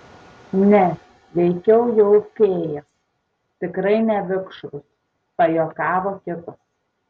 ne veikiau jau fėjas tikrai ne vikšrus pajuokavo kitas